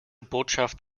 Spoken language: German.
botschaft